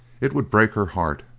it would break her heart,